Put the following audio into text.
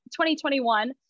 2021